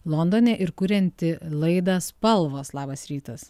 londone ir kurianti laidą spalvos labas rytas